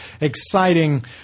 exciting